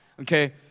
Okay